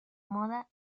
moda